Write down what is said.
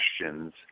questions